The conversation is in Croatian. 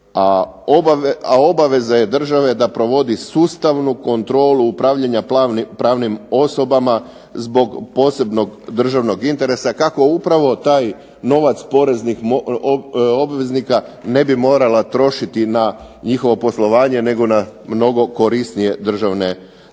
a obaveza je države da provodi sustavnu kontrolu upravljanja pravnim osobama zbog posebnog državnog interesa kako upravo taj novac poreznih obveznika ne bi morala trošiti na njihovo poslovanje, nego na mnogo korisnije državne